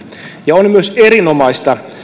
ja on myös erinomaista